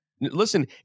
Listen